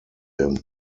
him